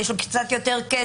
שיש לו קצת יותר כסף,